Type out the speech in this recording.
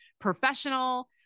professional